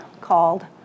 called